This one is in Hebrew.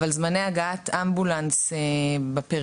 אבל זמני הגעת אמבולנס בפריפריה,